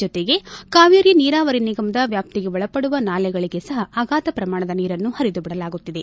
ಜೊತೆಗೆ ಕಾವೇರಿ ನೀರಾವರಿ ನಿಗಮದ ವ್ಯಾಪ್ತಿಗೆ ಒಳಪಡುವ ನಾಲೆಗಳಿಗೆ ಸಹ ಅಗಾಧ ಪ್ರಮಾಣದ ನೀರನ್ನು ಹರಿದು ಬಿಡಲಾಗುತ್ತಿದೆ